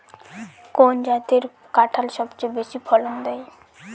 কোন জাতের কাঁঠাল সবচেয়ে বেশি ফলন দেয়?